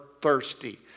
thirsty